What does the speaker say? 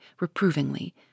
reprovingly